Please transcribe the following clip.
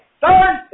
Thursday